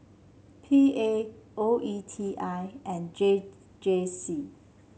P A O E T I and J J C